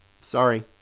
sorry